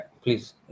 Please